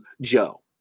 Joe